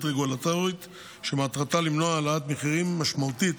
רגולטורית שמטרתה למנוע העלאת מחירים משמעותית